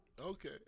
Okay